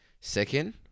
Second